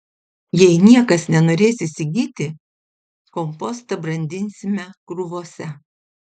jei niekas nenorės įsigyti kompostą brandinsime krūvose